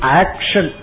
action